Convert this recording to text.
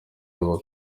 n’aba